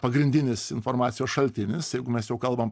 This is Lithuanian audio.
pagrindinis informacijos šaltinis jeigu mes jau kalbam